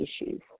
issues